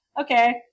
okay